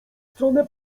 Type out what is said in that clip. stronę